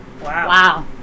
Wow